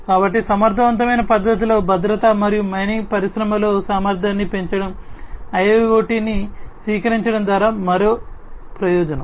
కాబట్టి సమర్థవంతమైన పద్ధతిలో భద్రత మరియు మైనింగ్ పరిశ్రమలో సామర్థ్యాన్ని పెంచడం IIoT ను స్వీకరించడం ద్వారా వచ్చే మరో ప్రయోజనం